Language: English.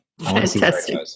Fantastic